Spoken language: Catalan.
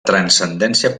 transcendència